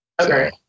Okay